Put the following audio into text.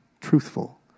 truthful